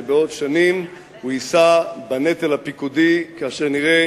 ובעוד שנים הוא יישא בנטל הפיקודי כאשר נראה